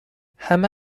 همه